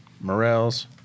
morels